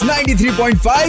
93.5